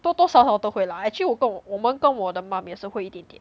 多多少少都会 lah actually 我跟我我们跟我的 mom 也是会一点点